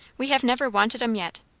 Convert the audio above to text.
we have never wanted em yet.